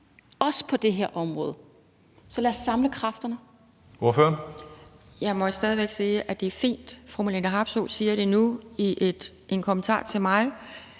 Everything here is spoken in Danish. også på det her område. Så lad os samle kræfterne.